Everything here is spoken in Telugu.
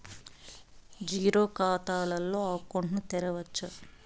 జీరో ఖాతా తో అకౌంట్ ను తెరవచ్చా?